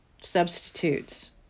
substitutes